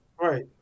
Right